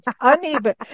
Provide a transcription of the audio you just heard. uneven